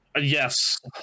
Yes